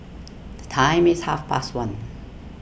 the time is half past one